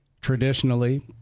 traditionally –